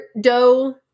dough